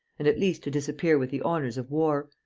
and at least to disappear with the honours of war.